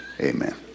Amen